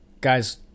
guys